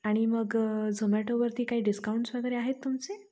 आणि मग झोमॅटोवरती काही डिस्काउंट्स वगेरे आहेत तुमचे